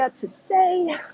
today